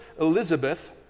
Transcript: Elizabeth